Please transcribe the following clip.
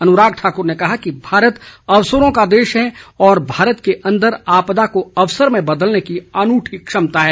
अनुराग ठाकर ने कहा कि भारत अवसरों का देश है और भारत के अंदर आपदा को अवसर में बदलने की अनुठी क्षमता है